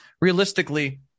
realistically